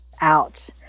Ouch